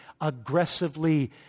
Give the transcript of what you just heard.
aggressively